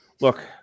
look